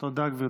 תודה, גברתי.